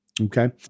Okay